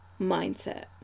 mindset